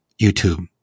YouTube